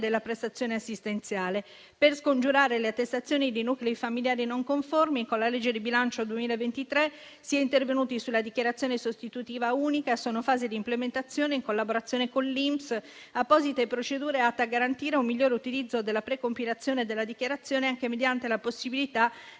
della prestazione assistenziale. Per scongiurare le attestazioni dei nuclei familiari non conformi, con la legge di bilancio 2023 si è intervenuti sulla dichiarazione sostitutiva unica e sono in fase di implementazione, in collaborazione con l'INPS, apposite procedure atte a garantire un migliore utilizzo della precompilazione della dichiarazione, anche mediante la possibilità